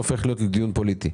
הופך להיות דיון פוליטי.